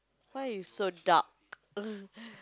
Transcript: why you so dark